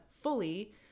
fully